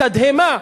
בתדהמה,